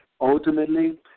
ultimately